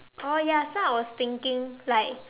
oh ya so I was thinking like